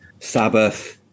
Sabbath